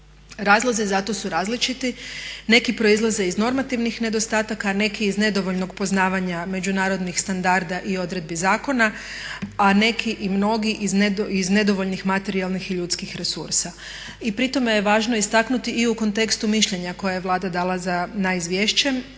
Razlozi za to su različiti. Neki proizlaze iz normativnih nedostataka, a neki iz nedovoljnog poznavanja međunarodnih standarda i odredbi zakona, a neki i mnogi iz nedovoljnih materijalnih i ljudskih resursa. I pri tome je važno istaknuti i u kontekstu mišljenja koje je Vlada dala na izvješće